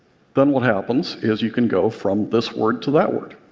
then what happens is you can go from this word to that word.